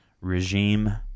regime